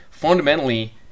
Fundamentally